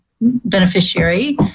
beneficiary